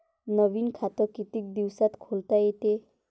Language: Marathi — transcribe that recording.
नवीन खात कितीक दिसात खोलता येते?